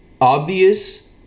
obvious